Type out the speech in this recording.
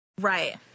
Right